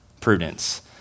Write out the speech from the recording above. prudence